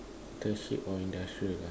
internship or industrial ah